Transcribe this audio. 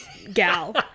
gal